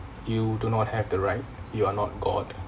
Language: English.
you do not have the right you are not god